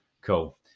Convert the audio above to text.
Cool